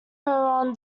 huron